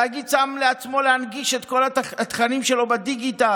התאגיד שם לעצמו להנגיש את כל התכנים שלו בדיגיטל,